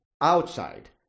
...outside